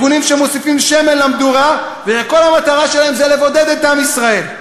ארגונים שמוסיפים שמן למדורה וכל המטרה שלהם זה לבודד את עם ישראל.